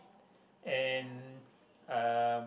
and uh